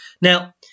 Now